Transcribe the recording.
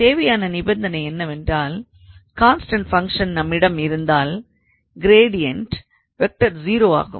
தேவையான நிபந்தனை என்னவென்றால் கான்ஸ்டண்ட் ஃபங்க்ஷன் நம்மிடம் இருந்தால் க்ரேடியன்ட் 0⃗ ஆகும்